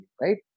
right